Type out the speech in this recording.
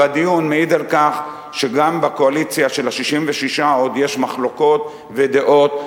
והדיון מעיד על כך שגם בקואליציה של ה-66 עוד יש מחלוקות ודעות,